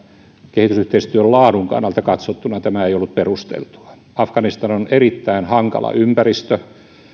kehitysyhteistyön laadun kannalta katsottuna tämä ei ollut perusteltua afganistan on erittäin hankala ympäristö